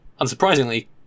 unsurprisingly